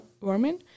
warming